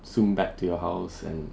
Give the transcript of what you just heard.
zoom back to your house and